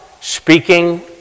speaking